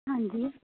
ਹਾਂਜੀ